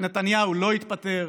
ונתניהו לא התפטר,